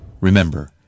remember